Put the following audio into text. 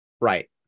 Right